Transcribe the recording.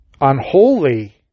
unholy